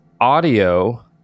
audio